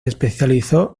especializó